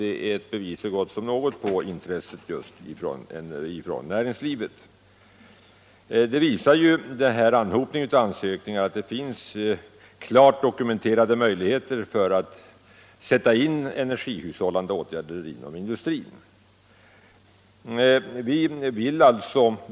Det är ett bevis så gott som något på intresset från näringslivet. Denna anhopning av ansökningar visar att det finns klart dokumenterade möjligheter att sätta in energihushållande åtgärder inom industrin.